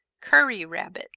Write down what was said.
curry rabbit